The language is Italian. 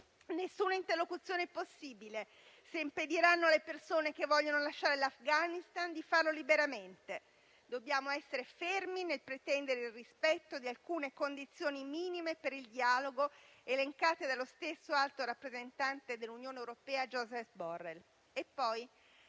Nessuna interlocuzione è possibile, se impediranno alle persone che vogliono lasciare l'Afghanistan di farlo liberamente. Dobbiamo essere fermi nel pretendere il rispetto di alcune condizioni minime per il dialogo, elencate dallo stesso alto rappresentante dell'Unione europea, Josep Borrell.